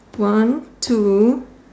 one two